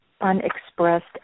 unexpressed